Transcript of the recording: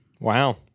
Wow